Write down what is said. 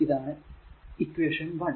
ഇതാണ് ഇക്വേഷൻ 1